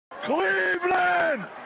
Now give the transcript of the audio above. Cleveland